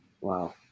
wow